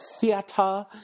theater